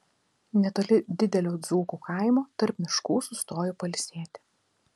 netoli didelio dzūkų kaimo tarp miškų sustojo pailsėti